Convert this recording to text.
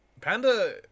Panda